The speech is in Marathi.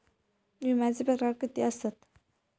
विमाचे प्रकार किती असतत?